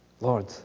Lord